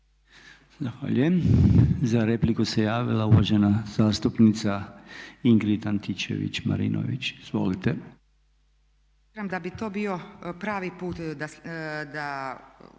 Zahvaljujem. Za repliku se javila uvažena zastupnica Ingrid Antičević Marinović. Izvolite.